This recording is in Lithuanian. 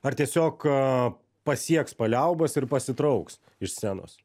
ar tiesiog pasieks paliaubas ir pasitrauks iš scenos